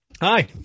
hi